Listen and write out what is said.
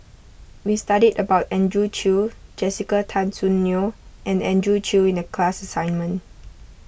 we studied about Andrew Chew Jessica Tan Soon Neo and Andrew Chew in the class assignment